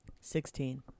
Sixteen